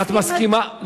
את מסכימה,